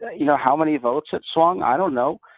you know, how many votes it swung, i don't know,